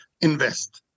invest